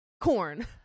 corn